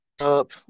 up